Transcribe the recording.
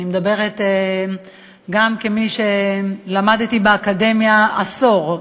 אני מדברת גם כמי שלמדה באקדמיה עשור,